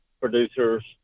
producers